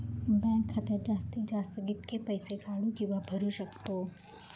Bank खात्यात जास्तीत जास्त कितके पैसे काढू किव्हा भरू शकतो?